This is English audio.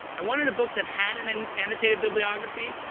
i wanted a book that had an and annotated bibliography,